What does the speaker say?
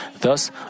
Thus